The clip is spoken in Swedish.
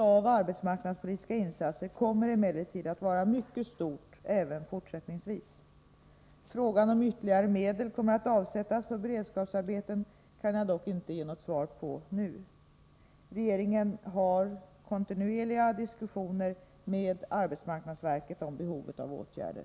Är regeringen beredd att, mot bakgrund av det svåra arbetsmarknadsläget också i Stockholms län, anslå ytterligare medel för att förhindra den nedskärning av antalet beredskapsarbetsplatser som annars blir nödvändig?